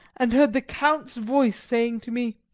and heard the count's voice saying to me,